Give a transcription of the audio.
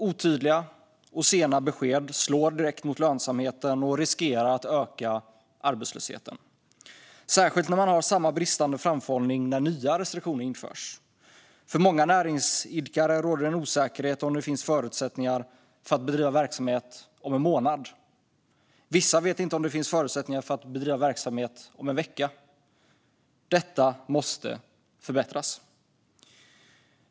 Otydliga och sena besked slår direkt mot lönsamheten och riskerar att öka arbetslösheten, särskilt när man har samma bristande framförhållning när nya restriktioner införs. För många näringsidkare råder osäkerhet om det finns förutsättningar för att bedriva verksamhet om en månad. Vissa vet inte om det finns förutsättningar för att bedriva verksamhet om en vecka. Detta måste förbättras.